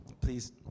please